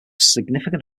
significant